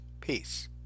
Peace